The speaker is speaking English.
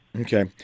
Okay